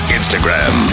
Instagram